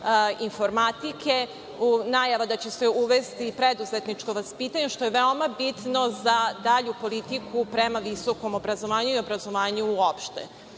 informatike, najava da će se uvesti preduzetničko vaspitanje, što je veoma bitno za dalju politiku prema visokom obrazovanju i obrazovanju uopšte. Ono